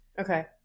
Okay